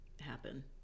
happen